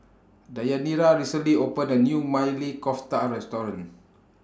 Deyanira recently opened A New Maili Kofta Restaurant